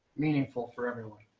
meaningful for everyone.